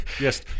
Yes